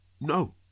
no